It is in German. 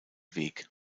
weg